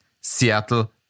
Seattle